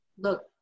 Look